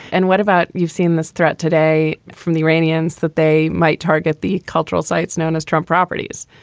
and what about you've seen this threat today from the iranians that they might target the cultural sites known as trump properties?